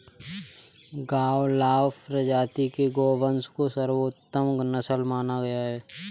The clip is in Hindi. गावलाव प्रजाति के गोवंश को सर्वोत्तम नस्ल माना गया है